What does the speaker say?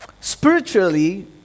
spiritually